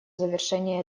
завершения